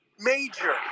Major